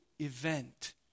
event